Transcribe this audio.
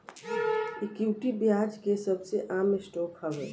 equity, ब्याज के सबसे आम स्टॉक हवे